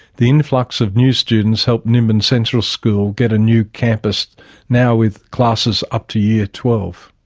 the influx of new students helped nimbin central school get a new campus now with classes up to year twelve.